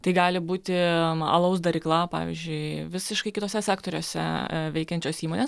tai gali būti alaus darykla pavyzdžiui visiškai kituose sektoriuose veikiančios įmonės